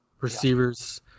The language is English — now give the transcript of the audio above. receivers